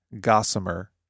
Gossamer